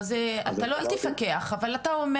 אל תפקח, אבל אתה אומר